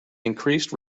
increased